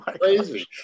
crazy